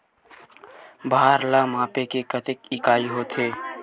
भार ला मापे के कतेक इकाई होथे?